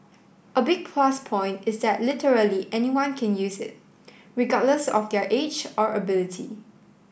a big plus point is that literally anyone can use it regardless of their age or ability